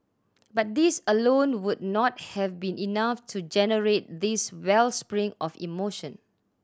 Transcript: but these alone would not have been enough to generate this wellspring of emotion